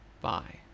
Bye